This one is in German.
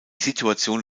situation